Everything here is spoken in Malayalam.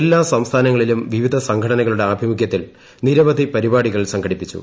എല്ലാ സംസ്ഥാനങ്ങളിലും വിവിധ സംഘടനകളുടെ ആഭിമുഖ്യത്തിൽ നിരവധി പരിപാടികൾ സ്എലടിപ്പിച്ചു